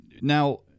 Now